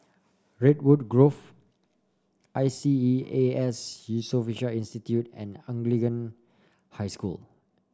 Redwood Grove I S E A S Yusof Ishak Institute and Anglican High School